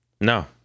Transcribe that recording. No